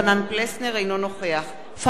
אינו נוכח אברהים צרצור,